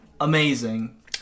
amazing